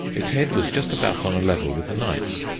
its head was just about on a level with the knight's.